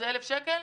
הוא 1,000 שקל?